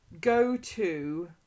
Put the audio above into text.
go-to